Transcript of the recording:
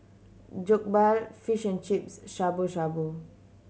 Jokbal Fish and Chips Shabu Shabu